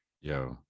Yo